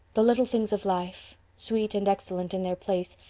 the little things of life, sweet and excellent in their place,